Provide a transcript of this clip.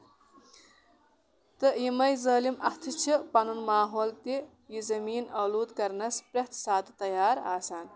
تہٕ یِمے ظٲلِم اَتھٕ چھِ پَنُن ماحول تہِ یہِ زمیٖن آلودٕ کرنس پرٮ۪تھ ساتہٕ تیار آسان